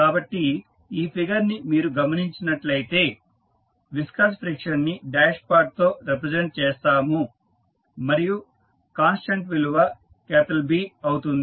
కాబట్టి ఈ ఫిగర్ ని మీరు గమనించినట్లు అయితే విస్కస్ ఫ్రిక్షన్ ని డాష్పాట్ తో రిప్రజెంట్ చేస్తాము మరియు కాన్స్టాంట్ విలువ B అవుతుంది